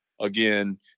Again